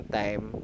time